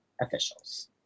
officials